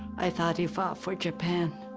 i thought he fought for japan.